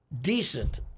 decent